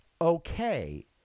okay